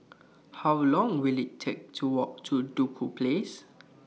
How Long Will IT Take to Walk to Duku Place